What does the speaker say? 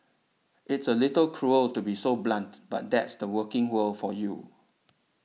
it's a little cruel to be so blunt but that's the working world for you